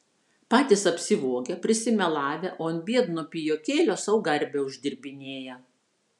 patys apsivogę prisimelavę o ant biedno pijokėlio sau garbę uždirbinėja